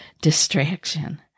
distraction